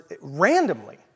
randomly